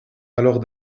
alors